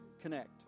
connect